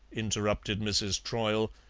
interrupted mrs. troyle,